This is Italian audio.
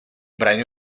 brani